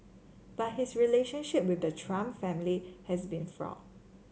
but his relationship with the Trump family has been fraught